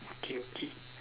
okay okay